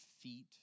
feet